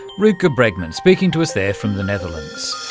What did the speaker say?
rutger bregman, speaking to us there from the netherlands.